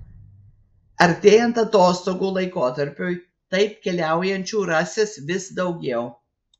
artėjant atostogų laikotarpiui taip keliaujančių rasis vis daugiau